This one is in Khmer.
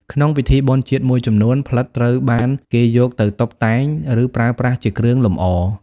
ក្នុងពិធីបុណ្យជាតិមួយចំនួន ផ្លិតត្រូវបានគេយកទៅតុបតែង ឬប្រើប្រាស់ជាគ្រឿងលម្អ។